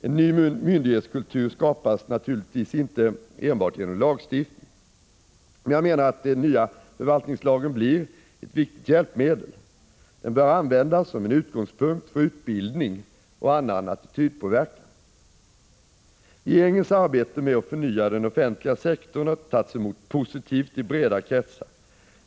En ny myndighetskultur skapas naturligtvis inte enbart genom lagstiftning, men jag menar att den nya förvaltningslagen blir ett viktigt hjälpmedel. Den bör användas som en utgångspunkt för utbildning och annan attitydpåverkan. Regeringens arbete med att förnya den offentliga sektorn har tagits emot positivt i breda kretsar.